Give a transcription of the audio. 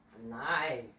Nice